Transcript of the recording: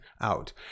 out